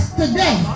today